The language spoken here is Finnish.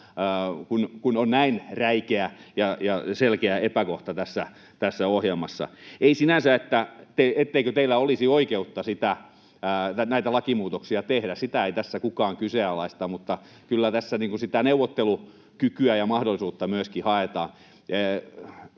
kun on näin räikeä ja selkeä epäkohta tässä ohjelmassa. Ei ole sinänsä niin, etteikö teillä olisi oikeutta näitä lakimuutoksia tehdä, sitä ei tässä kukaan kyseenalaista, mutta kyllä tässä sitä neuvottelukykyä ja ‑mahdollisuutta myöskin haetaan.